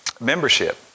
membership